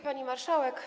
Pani Marszałek!